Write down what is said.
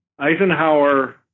Eisenhower